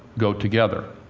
go together.